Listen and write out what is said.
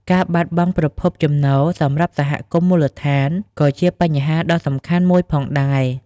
ការបាត់បង់ប្រភពចំណូល សម្រាប់សហគមន៍មូលដ្ឋានក៏ជាបញ្ហាដ៏សំខាន់មួយផងដែរ។